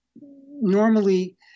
Normally